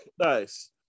nice